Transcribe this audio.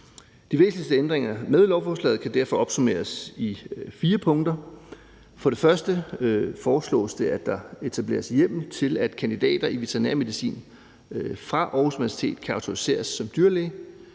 De væsentligste ændringer med lovforslaget kan derfor opsummeres i fire punkter: For det første foreslås det, at der etableres hjemmel til, at kandidater i veterinærmedicin fra Aarhus Universitet kan autoriseres som dyrlæge.